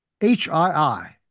HII